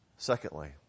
Secondly